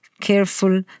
careful